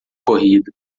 corrida